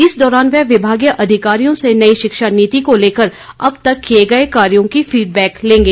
इस दौरान वह विभागीय अधिकारियों से नई शिक्षा नीति को लेकर अब तक किए गए कार्यों की फीडबैक लेंगे